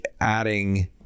adding